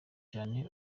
cyane